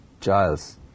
Giles